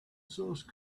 source